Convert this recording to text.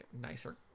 nicer